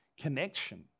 connection